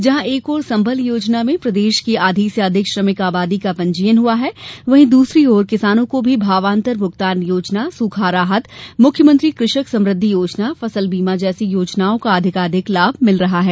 जहां एक ओर संबल योजना में प्रदेश की आधी से अधिक श्रमिक आबादी का पंजीयन हुआ है वहीं द्रसरी ओर किसानों को भी भावांतर भूगतान योजना सुखा राहत मुख्यमंत्री कृषक समृद्धि योजना फसल बीमा जैसी योजनाओं का अधिकाधिक लाभ मिल रहा है